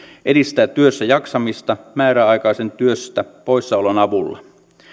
edistää työssäjaksamista määräaikaisen työstä poissaolon avulla